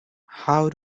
how